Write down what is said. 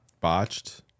botched